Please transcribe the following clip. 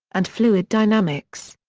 and fluid dynamics.